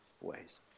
ways